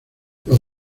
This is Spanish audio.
los